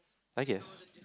I guess